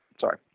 Sorry